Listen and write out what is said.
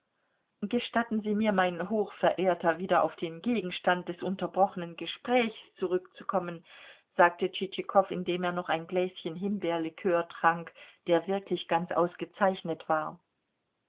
gestatten sie mir mein hochverehrter wieder auf den gegenstand des unterbrochenen gesprächs zurückzukommen sagte tschitschikow indem er noch ein gläschen himbeerlikör trank der wirklich ganz ausgezeichnet war